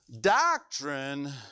doctrine